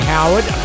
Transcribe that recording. Howard